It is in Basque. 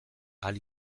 ahal